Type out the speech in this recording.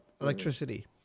electricity